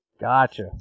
Gotcha